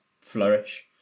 flourish